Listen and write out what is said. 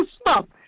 stop